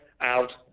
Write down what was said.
out